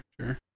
sure